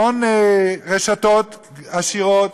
המון רשתות עשירות,